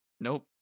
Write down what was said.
Nope